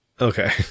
Okay